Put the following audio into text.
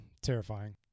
terrifying